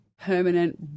permanent